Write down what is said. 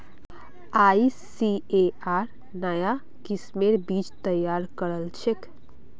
ICAR नाया किस्मेर बीज तैयार करछेक